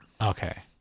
okay